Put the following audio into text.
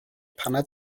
paned